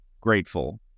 grateful